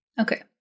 Okay